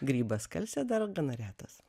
grybas skalsė dar gana retas